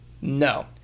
No